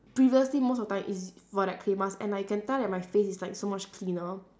previously most of the time is for that clay mask and I can tell that my face is like so much cleaner